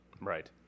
Right